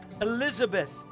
Elizabeth